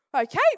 okay